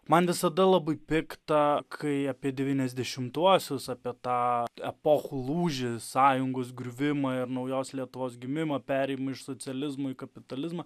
man visada labai pikta kai apie devyniasdešimtuosius apie tą epochų lūžį sąjungos griuvimą ir naujos lietuvos gimimą perėjimą iš socializmo į kapitalizmą